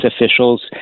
officials